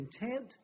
intent